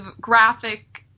graphic